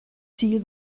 ziel